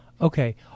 Okay